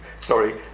sorry